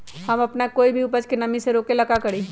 हम अपना कोई भी उपज के नमी से रोके के ले का करी?